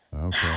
Okay